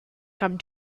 come